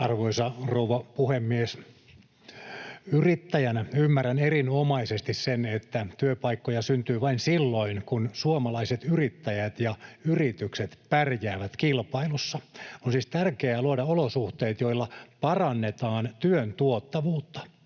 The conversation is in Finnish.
Arvoisa rouva puhemies! Yrittäjänä ymmärrän erinomaisesti sen, että työpaikkoja syntyy vain silloin, kun suomalaiset yrittäjät ja yritykset pärjäävät kilpailussa. On siis tärkeää luoda olosuhteet, joilla parannetaan työn tuottavuutta.